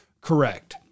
correct